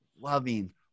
loving